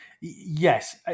Yes